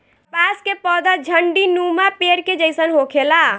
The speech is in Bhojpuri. कपास के पौधा झण्डीनुमा पेड़ के जइसन होखेला